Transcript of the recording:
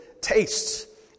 tastes